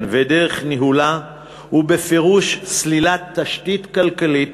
ודרך ניהולה הוא בפירוש סלילת תשתית כלכלית